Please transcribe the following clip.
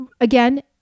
Again